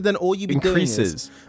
increases